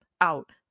out